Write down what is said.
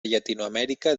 llatinoamèrica